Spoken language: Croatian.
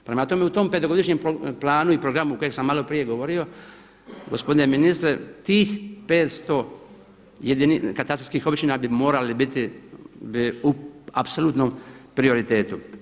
Prema tome, u tom petogodišnjem planu i programu kojeg sam maloprije govorio gospodine ministre tih 500 katastarskih općina bi morali biti u apsolutnom prioritetu.